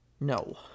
No